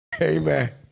Amen